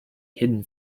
hidden